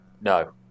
No